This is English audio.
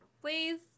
please